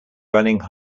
running